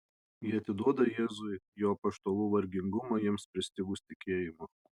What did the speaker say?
ji atiduoda jėzui jo apaštalų vargingumą jiems pristigus tikėjimo